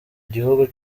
gihugu